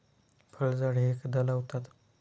फळझाडे एकदा लावतात